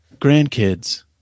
grandkids